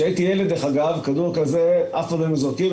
כשהייתי ילד כדור כזה אף פעם לא היינו זורקים,